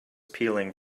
peeling